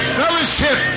fellowship